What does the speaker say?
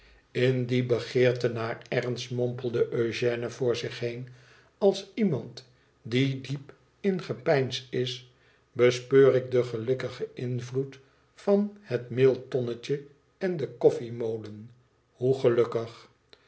tin die begeerte naar ernst mompelde eugène voor zich heen als iemand die diep in gepeins is i bespeur ik den gelukkigen invloed van het meeltonnetje en den koffiemolen hoe gelukkig